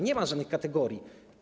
Nie ma żadnych kategorii.